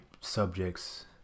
subjects